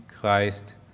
Christ